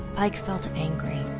pike felt angry.